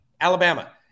Alabama